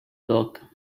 book